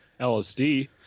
LSD